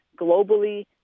globally